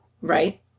Right